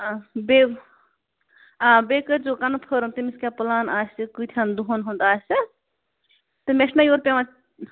بیٚیہِ آ بیٚیہِ کٔرۍزیٚو کنفٲرٕم تٔمِس کیٛاہ پُلان آسہِ کۭتہن دۄہن ہُنٛد آسہِ تہٕ مےٚ چھُنا ییٚتہِ پٮ۪وان